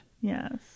Yes